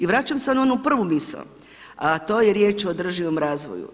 I vraćam se na onu prvu misao, a to je riječ o održivom razvoju.